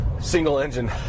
single-engine